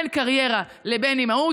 בין קריירה לבין אימהות.